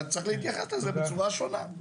אז צריך להתייחס לזה בצורה שונה.